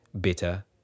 bitter